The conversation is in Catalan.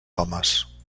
homes